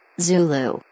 Zulu